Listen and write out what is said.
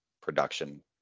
production